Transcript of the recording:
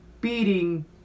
beating